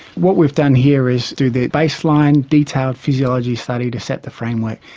what we've done here is do the baseline detailed physiology study to set the framework.